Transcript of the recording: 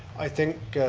i think,